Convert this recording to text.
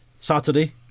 Saturday